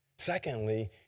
Secondly